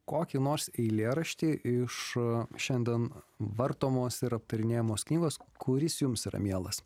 kokį nors eilėraštį iš šiandien vartomos ir aptarinėjamos knygos kuris jums yra mielas